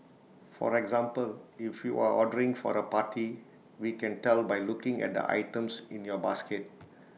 for example if you're ordering for A party we can tell by looking at the items in your basket